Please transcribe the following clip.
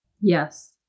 Yes